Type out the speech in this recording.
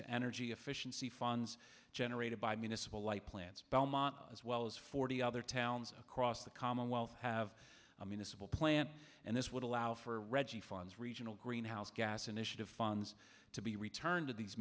to energy efficiency funds generated by municipal light plants belmont as well as forty other towns across the commonwealth have a municipal plant and this would allow for reggie funds regional greenhouse gas initiative funds to be returned to these